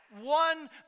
one